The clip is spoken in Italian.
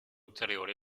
ulteriori